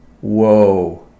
Whoa